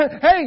hey